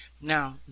Now